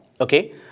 okay